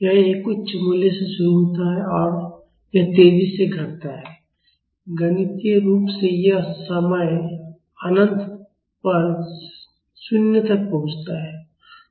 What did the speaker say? यह एक उच्च मूल्य से शुरू होता है और यह तेजी से घटता है गणितीय रूप से यह समय अनंत पर 0 तक पहुंचता है